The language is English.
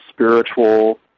spiritual